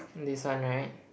this one right